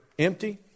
Empty